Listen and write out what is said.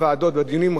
כמה אורך רוח,